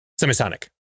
Semisonic